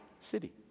city